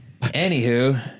Anywho